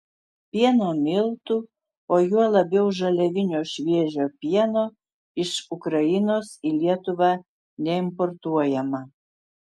pieno miltų o juo labiau žaliavinio šviežio pieno iš ukrainos į lietuvą neimportuojama